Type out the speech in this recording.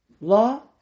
law